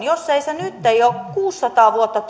jos ei se nytten onnistu jo kuusisataa vuotta